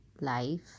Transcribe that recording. life